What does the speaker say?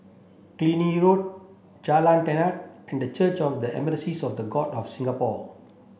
Killiney Road Jalan Tenang and Church of the Assemblies of the God of Singapore